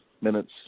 minutes